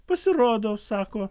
pasirodo sako